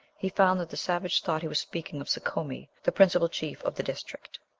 he found that the savage thought he was speaking of sekomi, the principal chief of the district.